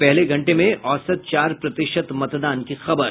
पहले घंटे में औसत चार प्रतिशत मतदान की खबर